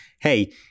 hey